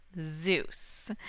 Zeus